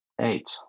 Eight